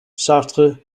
sartre